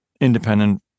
independent